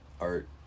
art